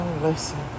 Listen